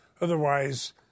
otherwise